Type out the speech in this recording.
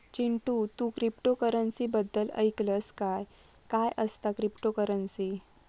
चिंटू, तू क्रिप्टोकरंसी बद्दल ऐकलंस काय, काय असता क्रिप्टोकरंसी?